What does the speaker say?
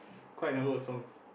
quite a number of songs